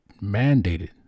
mandated